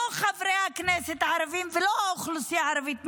לא חברי הכנסת הערבים ולא האוכלוסייה הערבית.